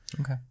Okay